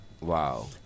wow